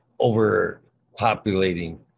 overpopulating